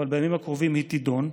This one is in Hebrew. היא תידון,